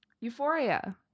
euphoria